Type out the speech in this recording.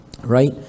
right